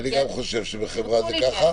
אני גם סבור שבחברה זה כך.